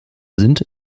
sind